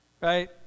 Right